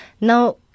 Now